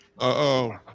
Uh-oh